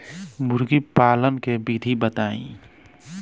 मुर्गी पालन के विधि बताई?